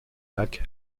lac